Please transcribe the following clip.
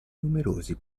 numerosi